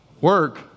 work